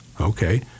Okay